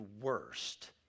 worst